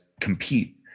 compete